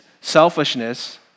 selfishness